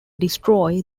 destroy